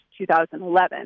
2011